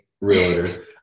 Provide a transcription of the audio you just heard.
realtor